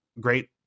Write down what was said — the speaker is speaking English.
great